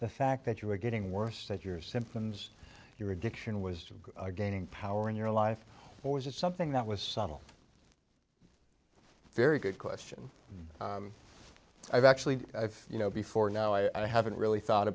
the fact that you were getting worse that your symptoms your addiction was gaining power in your life or was it something that was subtle very good question i've actually you know before now i haven't really thought